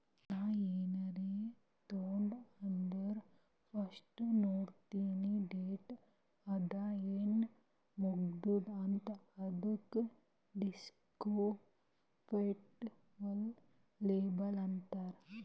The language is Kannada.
ನಾ ಏನಾರೇ ತಗೊಂಡ್ ಅಂದುರ್ ಫಸ್ಟ್ ನೋಡ್ತೀನಿ ಡೇಟ್ ಅದ ಏನ್ ಮುಗದೂದ ಅಂತ್, ಅದುಕ ದಿಸ್ಕ್ರಿಪ್ಟಿವ್ ಲೇಬಲ್ ಅಂತಾರ್